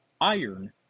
iron